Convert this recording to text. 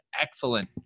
excellent